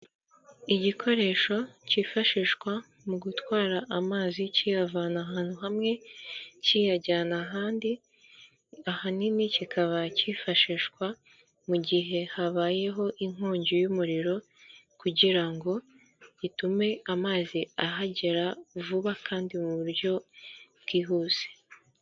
Igikoresho kifashishwa mu gutwara amazi kiyavana ahantu hamwe kiyajyana ahandi, ahanini kikaba cyifashishwa mu gihe habayeho inkongi y'umuriro kugira ngo gitume amazi ahagera vuba kandi mu buryo bwihuse.